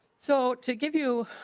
so to give you.